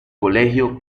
colegio